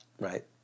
Right